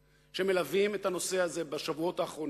שמלווים את הנושא הזה בשבועות האחרונים,